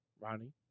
ronnie